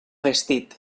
vestit